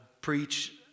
preach